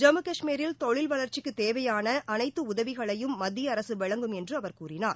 ஜம்மு கஷ்மீரில் தொழில் வளா்ச்சிக்குத் தேவையான அனைத்து உதவிகளையும் மத்திய அரசு வழங்கும் என்று அவர் கூறினார்